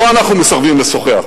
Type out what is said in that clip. לא אנחנו מסרבים לשוחח.